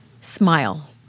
Smile